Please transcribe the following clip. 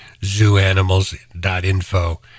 ZooAnimals.info